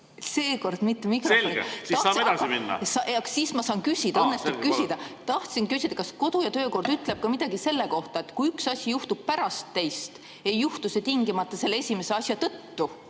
edasi minna. Selge, siis saame edasi minna. Siis ma saan küsida, õnnestub küsida. Tahtsin küsida, kas kodu‑ ja töökord ütleb midagi ka selle kohta, et kui üks asi juhtub pärast teist, siis ei juhtu see tingimata selle esimese asja tõttu,